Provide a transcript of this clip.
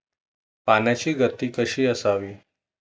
पाण्याची गती कशी असावी?